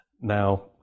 Now